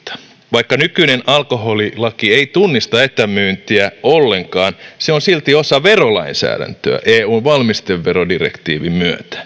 vaikka nykyinen alkoholilaki ei tunnista etämyyntiä ollenkaan se on silti osa verolainsäädäntöä eun valmisteverodirektiivin myötä se on